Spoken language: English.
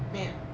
没有